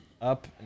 Up